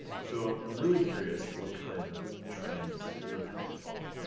so i'm i'm really curious what kind of trends that you're currently following. like